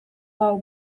hau